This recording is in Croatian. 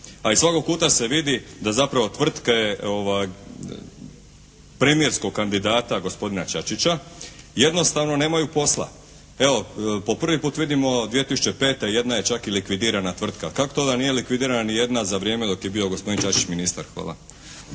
A iz svakog kuta se vidi da zapravo tvrtke premijerskog kandidata gospodina Čačića jednostavno nemaju posla. Evo po prvi put vidimo 2005. jedna je čak i likvidirana tvrtka. Kako to da nije likvidirana nijedna za vrijeme dok je bio gospodin Čačić ministar? Hvala.